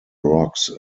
rocks